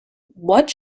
what